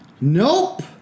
Nope